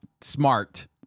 smart